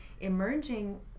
emerging